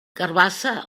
carabassa